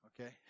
okay